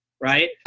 Right